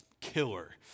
killer